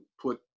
put